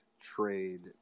trade